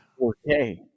4K